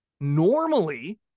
normally